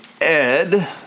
Ed